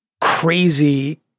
crazy